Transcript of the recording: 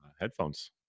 headphones